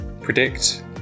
predict